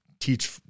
teach